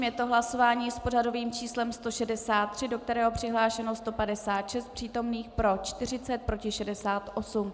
Je to hlasování s pořadovým číslem 163, do kterého bylo přihlášeno 156 přítomných, pro 40, proti 68.